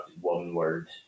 one-word